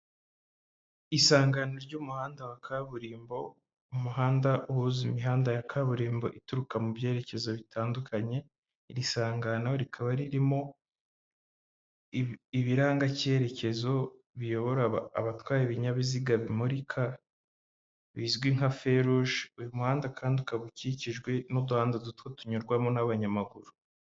Isangano ry'umuhanda wa kaburimbo, umuhanda uhuza imihanda ya kaburimbo, ituruka mu byerekezo bitandukanye, iri sangano rikaba ririmo ibirangacyerekezo, biyobora abatwa ibinyabiziga bimurika, bizwi nka feruje, uyu muhanda kandi ukaba ukikijwe n'uduhanda duto, tunyurwamo n'abanyamaguru.